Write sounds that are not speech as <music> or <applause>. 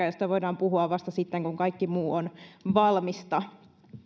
<unintelligible> josta voidaan puhua vasta sitten kun kaikki muu on valmista